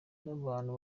n’abantu